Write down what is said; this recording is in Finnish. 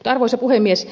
arvoisa puhemies